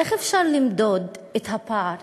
איך אפשר למדוד את הפער